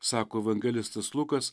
sako evangelistas lukas